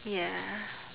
ya